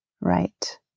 right